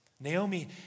Naomi